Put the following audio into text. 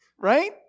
right